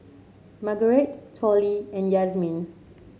Margurite Tollie and Yazmin